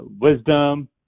wisdom